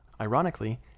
Ironically